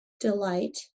delight